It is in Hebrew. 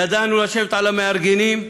ידענו לשבת על המארגנים,